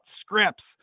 scripts